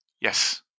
Yes